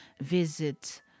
visit